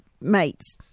mates